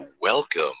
welcome